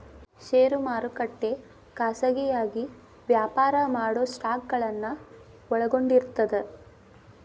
ಷೇರು ಮಾರುಕಟ್ಟೆ ಖಾಸಗಿಯಾಗಿ ವ್ಯಾಪಾರ ಮಾಡೊ ಸ್ಟಾಕ್ಗಳನ್ನ ಒಳಗೊಂಡಿರ್ತದ